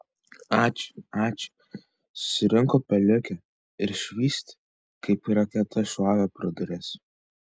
ačiū ačiū suriko peliukė ir švyst kaip raketa šovė pro duris